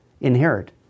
inherit